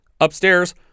upstairs